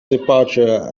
departure